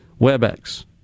WebEx